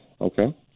Okay